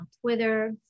Twitter